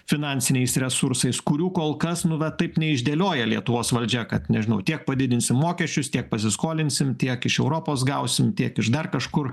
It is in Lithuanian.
finansiniais resursais kurių kol kas nu va taip neišdėlioja lietuvos valdžia kad nežinau tiek padidinsim mokesčius tiek pasiskolinsim tiek iš europos gausim tiek iš dar kažkur